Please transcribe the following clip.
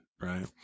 right